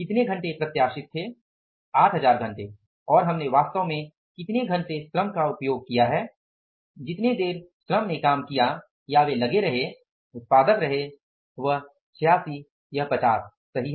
कितने घंटे प्रत्याशित थे 8000 घंटे और हमने वास्तव में कितने घंटे श्रम का उपयोग किया गया है जितने देर श्रम ने काम किया लगे रहे उत्पादक रहा वह 86 यह 50 सही है